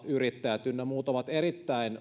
yrittäjät kahvilayrittäjät ynnä muut ovat erittäin